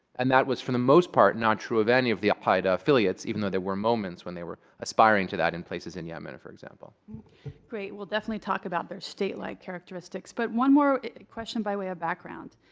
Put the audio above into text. and that was, for the most part, not true of any of the al qaeda affiliates, even though there were moments when they were aspiring to that in places in yemen, for example. kristen stilt great. we'll definitely talk about their state-like characteristics. but one more question, by way of background.